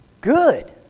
Good